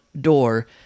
door